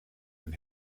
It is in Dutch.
een